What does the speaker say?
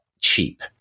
cheap